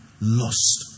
lost